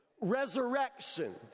Resurrection